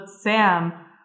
Sam